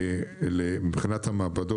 מבחינת המעבדות,